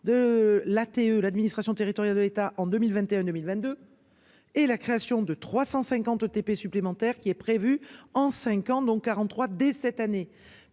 de l'ATE l'administration territoriale de l'État en 2021 2022. Et la création de 350 ETP supplémentaires qui est prévu en 5 ans, dont 43 dès cette année,